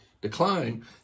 decline